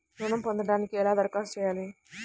ఋణం పొందటానికి ఎలా దరఖాస్తు చేయాలి?